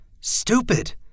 Stupid